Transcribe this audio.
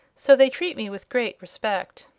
so they treat me with great respect.